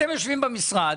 אתם יושבים במשרד,